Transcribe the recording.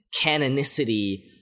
canonicity